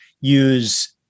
use